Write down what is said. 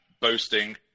boasting